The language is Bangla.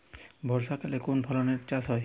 বর্ষাকালে কোন ফসলের চাষ হয়?